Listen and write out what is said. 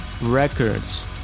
Records